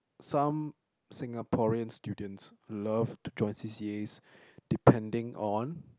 some Singaporean students love to join C_C_As depending on